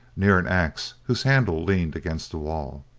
near an axe whose handle leaned against the wall.